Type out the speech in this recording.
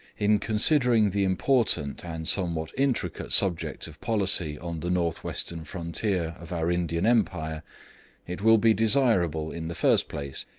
in considering the important and somewhat intricate subject of policy on the north-western frontier of our indian empire it will be desirable, in the first place,